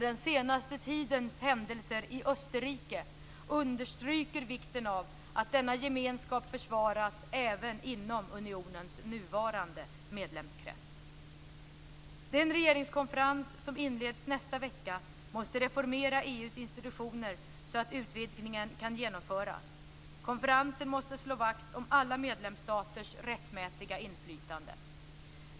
Den senaste tidens händelser i Österrike understryker vikten av att denna gemenskap försvaras även inom unionens nuvarande medlemskrets. Den regeringskonferens som inleds nästa vecka måste reformera EU:s institutioner så att utvidgningen kan genomföras. Konferensen måste slå vakt om alla medlemsstaters rättmätiga inflytande.